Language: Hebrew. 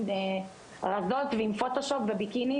רזות ועם פוטושופ וביקיני,